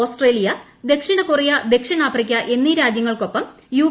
Australia ദക്ഷിണ Korea ദക്ഷിണാഫ്രിക്ക എന്നീ രാജ്യങ്ങൾക്കൊപ്പം യു